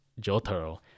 Jotaro